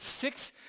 six